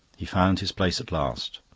he found his place at last.